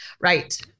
Right